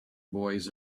boys